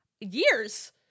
years